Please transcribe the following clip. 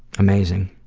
amazing.